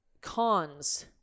cons